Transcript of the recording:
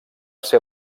ser